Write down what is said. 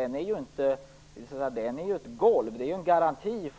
Den är ju ett golv, en garanti